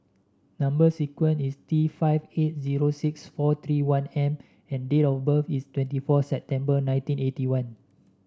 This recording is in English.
number sequence is T five eight zero six four three one M and date of birth is twenty four September nineteen eighty one